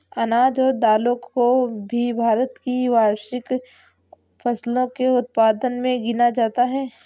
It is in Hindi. अनाज और दालों को भी भारत की वार्षिक फसलों के उत्पादन मे गिना जाता है